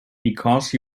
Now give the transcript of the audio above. because